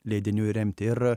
leidinių remti ir